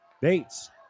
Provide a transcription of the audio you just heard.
Bates